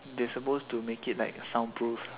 they supposed to make it like soundproof